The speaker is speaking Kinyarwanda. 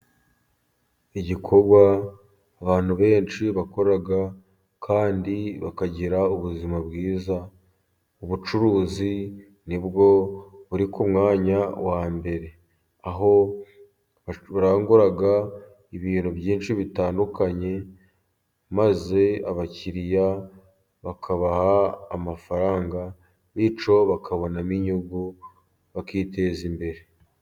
Igikorwa abantu benshi bakora kandi bakagira ubuzima bwiza, ubucuruzi nibwo buri ku mwanya wa mbere, aho barangura ibintu byinshi bitandukanye, maze abakiriya bakabaha amafaranga, bityo bakabonamo inyungu bakiteza imbere.